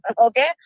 Okay